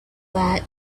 that